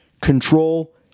control